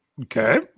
Okay